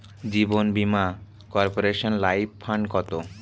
জীবন বীমা কর্পোরেশনের life fund কত?